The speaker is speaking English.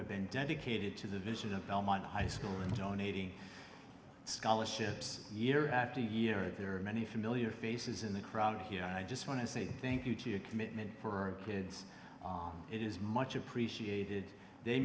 have been dedicated to the vision of belmont high school and donating scholarships year after year there are many familiar faces in the crowd here i just want to say thank you to your commitment for kids it is much appreciated t